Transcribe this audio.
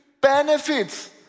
benefits